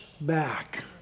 back